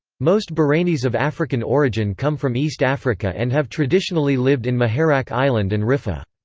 most bahrainis of african origin come from east africa and have traditionally lived in muharraq island and riffa.